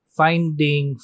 finding